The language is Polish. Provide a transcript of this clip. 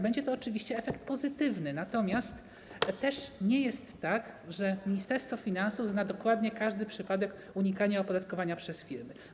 Będzie to oczywiście efekt pozytywny, natomiast też nie jest tak, że Ministerstwo Finansów zna dokładnie każdy przypadek unikania opodatkowania przez firmy.